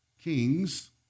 kings